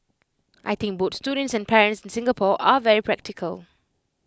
I think both students and parents in Singapore are very practical